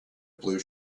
blue